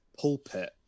pulpit